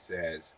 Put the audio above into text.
says